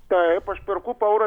taip aš perku po eurą